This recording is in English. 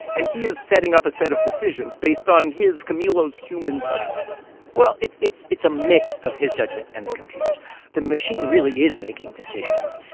and he is setting up a set of decisions based on his camilo's human judgment well, it's it's a mix of his judgment and the computer's the machine really is making decisions.